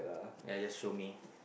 ya just show me